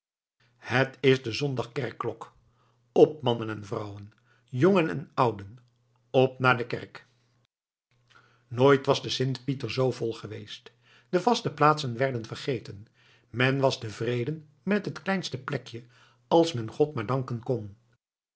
het is de zondag kerkklok op mannen en vrouwen jongen en ouden op naar de kerk nog nooit was de sint pieter z vol geweest de vaste plaatsen werden vergeten men was tevreden met het kleinste plekje als men god maar danken kon